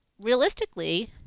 realistically